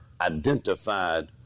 identified